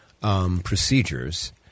procedures